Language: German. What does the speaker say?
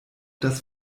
das